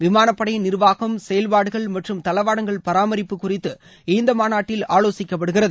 விமானப்படையின் நிர்வாகம் செயல்பாடுகள் மற்றும் தளவாடங்கள் பாரமரிப்பு குறித்து இந்த மாநாட்டில் ஆலோசிக்கப்படுகிறது